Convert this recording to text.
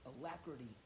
alacrity